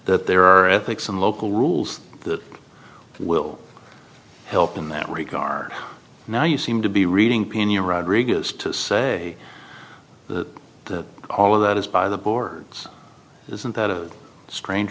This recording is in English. that there are ethics and local rules that will help in that regard now you seem to be reading pena rodriguez to say that all of that is by the boards isn't that a strange